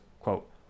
quote